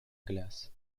glace